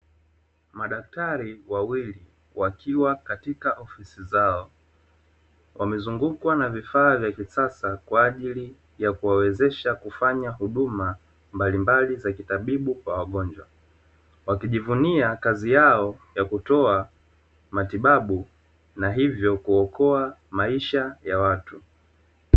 Madaktari wawili wakiwa katika ofisi zao wamezungukwa na vifaa vya kisasa kwa ajili ya kuwawezesha kufanya huduma mbalimbali za kitabibu kwa wagonjwa. Wakijivunia kazi yao ya kutoa matibabu na hivyo kuokoa maisha ya watu.